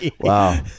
Wow